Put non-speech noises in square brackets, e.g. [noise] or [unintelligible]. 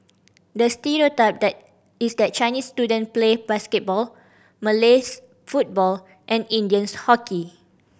the [unintelligible] that is that Chinese student play basketball Malays football and Indians hockey